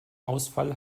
ausfall